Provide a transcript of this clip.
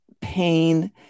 pain